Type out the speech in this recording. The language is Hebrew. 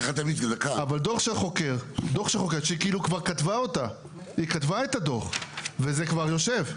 אבל דוח של חוקר שכאילו כבר כתבה אותה היא כתבה את הדוח וזה כבר יושב,